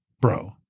bro